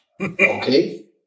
Okay